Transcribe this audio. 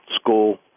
school